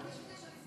בלי שום קשר,